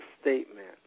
statement